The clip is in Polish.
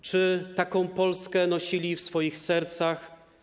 Czy taką Polskę nosili w swoich sercach?